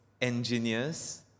engineers